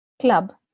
club